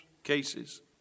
cases